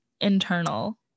internal